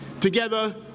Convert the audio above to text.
Together